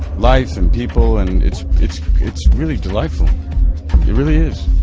life and people and it's it's it's really delightful it really is